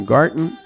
Garten